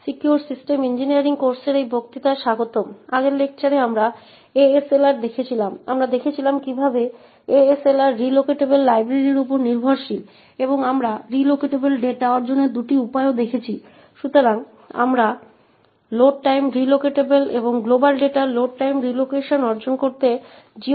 hello এই প্রদর্শনীতে স্বাগতম এই প্রদর্শনটি ফরমাট স্ট্রিং ভালনেরাবিলিটিজ সম্পর্কেও